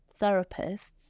therapists